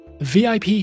VIP